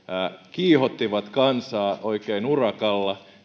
kiihottivat kansaa oikein urakalla